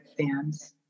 fans